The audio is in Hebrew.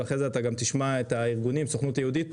לאחר מכן, תשמע את הארגונים, הסוכנות היהודית.